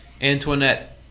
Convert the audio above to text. Antoinette